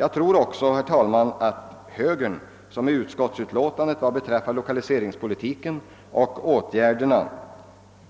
Jag tror också, herr talman, att högern, som i utskottsutlåtandet i vad gäller lokaliseringspolitiken och åtgärderna